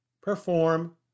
perform